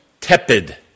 tepid